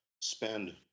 spend